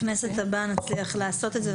בכנסת הבאה נצליח לעשות את זה,